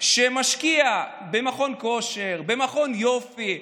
שמשקיע במכון כושר, במכון יופי,